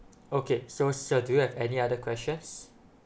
okay so sir do you have any other questions